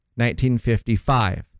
1955